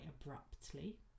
abruptly